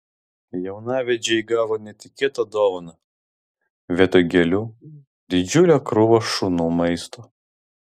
jaunavedžiai gavo netikėtą dovaną vietoj gėlių didžiulė krūva šunų maisto